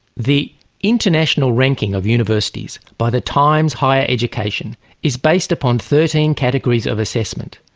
the international ranking of universities by the times higher education is based upon thirteen categories of assessment.